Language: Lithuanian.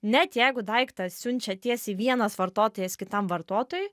net jeigu daiktą siunčia tiesiai vienas vartotojas kitam vartotojui